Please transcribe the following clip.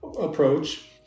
approach